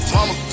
Mama